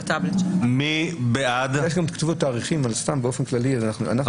מי בעד 7-1?